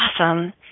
Awesome